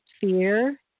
fear